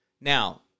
Now